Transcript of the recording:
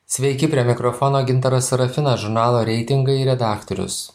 sveiki prie mikrofono gintaras sarafinas žurnalo reitingai redaktorius